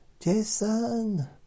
Jason